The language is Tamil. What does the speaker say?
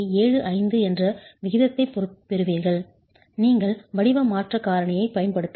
75 என்ற விகிதத்தைப் பெறுவீர்கள் நீங்கள் வடிவ மாற்ற காரணியைப் பயன்படுத்த வேண்டாம்